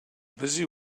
busy